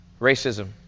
racism